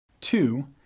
Two